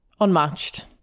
unmatched